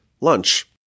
lunch